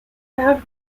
with